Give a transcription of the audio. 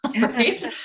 right